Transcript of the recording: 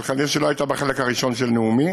אבל כנראה שלא היית בחלק הראשון של נאומי.